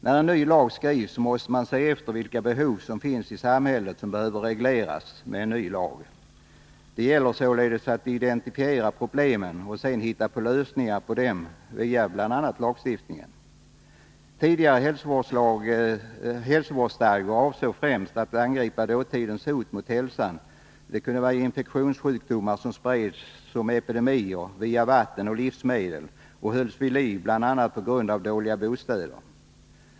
När en ny lag skrivs måste man se efter, vilka behov i samhället som behöver regleras med ny lag. Det gäller således att identifiera problemen och sedan hitta på lösningar på dem via bl.a. lagstiftningen. Tidigare hälsovårdsstadgor avsåg främst att angripa dåtidens hot mot hälsan; det kunde vara infektionssjukdomar som spreds som epidemier via vatten och livsmedel och hölls vid liv bl.a. på grund av dåliga bostäder.